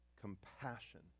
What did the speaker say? compassion